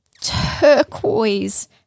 turquoise